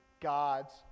God's